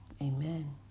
Amen